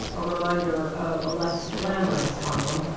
a reminder of a less-glamorous harlem.